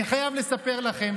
אני חייב לספר לכם,